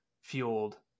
Fueled